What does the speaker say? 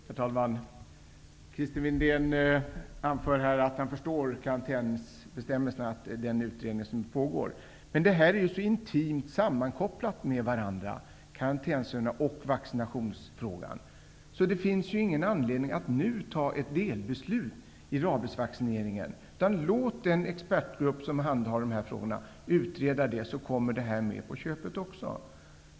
Herr talman! Christer Windén anför här att han förstår att det pågår en utredning om karantänbestämmelserna. Men karantänbestämmelserna och vaccinationsfrågan är ju så intimt sammankopplade med varandra. Det finns ingen anledning att nu fatta ett delbeslut om rabiesvaccinering. Låt expertgruppen som handhar dessa frågor utreda dem, så kommer detta med på köpet.